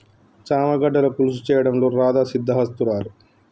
చామ గడ్డల పులుసు చేయడంలో రాధా సిద్దహస్తురాలు